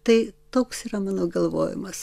tai toks yra mano galvojimas